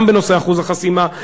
גם בנושא אחוז החסימה,